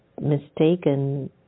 mistaken